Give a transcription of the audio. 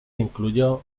incluyó